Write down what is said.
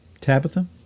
Tabitha